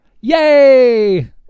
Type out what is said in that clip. Yay